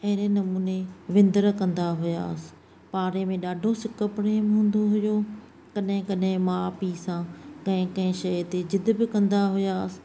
अहिड़े नमूने विंदर कंदा हुआसि पाड़े में ॾाढो सिक प्रेम हूंदो हुओ कॾहिं कॾहिं माउ पीउ सां कंहिं कंहिं शइ ते जिदु बि कंदा हुआसि